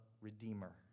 redeemer